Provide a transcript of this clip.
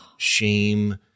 shame